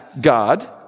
God